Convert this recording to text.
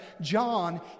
John